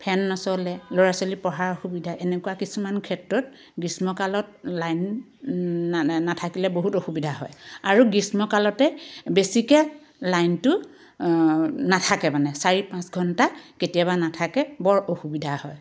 ফেন নচলে ল'ৰা ছোৱালী পঢ়াৰ অসুবিধা এনেকুৱা কিছুমান ক্ষেত্ৰত গ্ৰীষ্মকালত লাইন নাথাকিলে বহুত অসুবিধা হয় আৰু গ্ৰীষ্মকালতে বেছিকৈ লাইনটো নাথাকে মানে চাৰি পাঁচ ঘণ্টা কেতিয়াবা নাথাকে বৰ অসুবিধা হয়